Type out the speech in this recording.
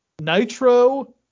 Nitro